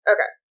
Okay